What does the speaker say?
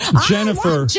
Jennifer